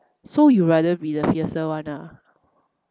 so you rather be the fiercer one ah